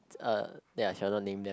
uh ya cannot name ya